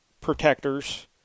protectors